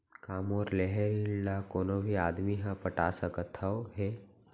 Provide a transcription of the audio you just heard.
का मोर लेहे ऋण ला कोनो भी आदमी ह पटा सकथव हे?